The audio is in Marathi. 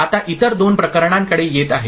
आता इतर दोन प्रकरणांकडे येत आहे